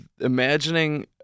imagining